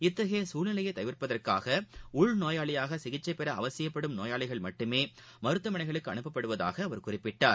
இத்தகைய சூழ்நிலையை தவிர்ப்பதற்காக உள் நோயாளியாக சிகிச்சை பெற அவசியப்படும் நோயாளிகள் மட்டுமே மருத்துவமனைகளுக்கு அனுப்பப்படுவதாக அவர் குறிப்பிட்டார்